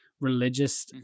religious